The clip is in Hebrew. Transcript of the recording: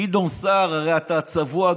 גדעון סער, הרי אתה צבוע גדול,